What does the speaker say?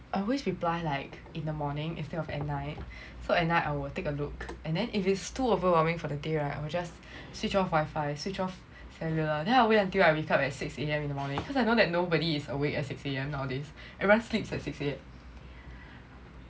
I always reply like in the morning instead of at night so at night I will take a look and then if it's too overwhelming for the day right I will just switch off wifi switch off cellular then I'll wait until I wake up at six A_M in the morning cause I know that nobody is awake at six A_M nowadays everyone sleeps at six A_M